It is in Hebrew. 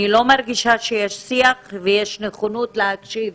אני לא מרגישה שיש שיח ושיש נכונות להקשיב